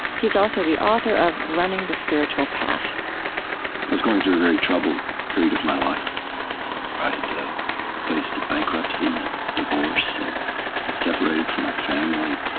he's also the author of running the spiritual path i was going through a very troubled period of my life where i had faced a bankruptcy and divorce and was separated from my family.